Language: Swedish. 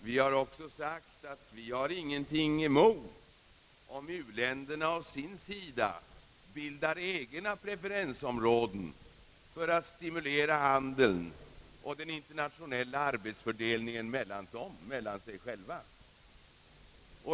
Vi har även sagt att vi inte har någonting emot om u-länderna å sin sida bildar egna preferensområden för att stimulera handeln och den internationella arbetsfördelningen mellan sig själva.